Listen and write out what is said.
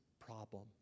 problem